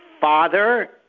father